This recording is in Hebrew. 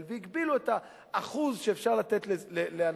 והגבילו את האחוז שאפשר לתת היום לאנשים,